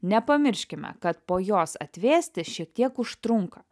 nepamirškime kad po jos atvėsti šiek tiek užtrunka